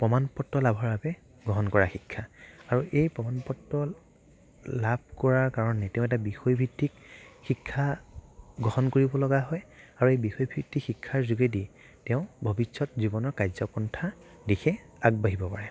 প্ৰমাণ পত্ৰ লাভৰ বাবে গ্ৰহণ কৰা শিক্ষা আৰু এই প্ৰমাণ পত্ৰ লাভ কৰাৰ কাৰণে তেওঁ এটা বিষয়ভিত্তিক শিক্ষা গ্ৰহণ কৰিব লগা হয় আৰু এই বিষয়ভিত্তিক শিক্ষাৰ যোগেদি তেওঁ ভৱিষ্যত জীৱনৰ কাৰ্যপন্থাৰ দিশে আগবাঢ়িব পাৰে